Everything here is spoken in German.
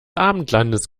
abendlandes